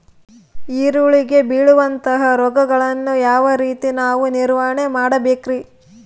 ಈರುಳ್ಳಿಗೆ ಬೇಳುವಂತಹ ರೋಗಗಳನ್ನು ಯಾವ ರೇತಿ ನಾವು ನಿವಾರಣೆ ಮಾಡಬೇಕ್ರಿ?